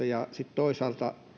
ja sitten toisaalta